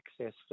access